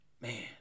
man